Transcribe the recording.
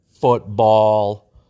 football